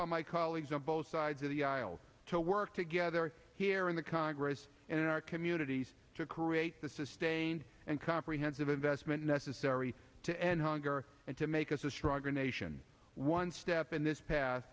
on my colleagues on both sides of the aisle to work together here in the congress and in our communities to courageous the sustained and comprehensive investment necessary to end hunger and to make us a stronger nation one step in this pa